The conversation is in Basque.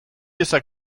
ezak